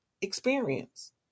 experience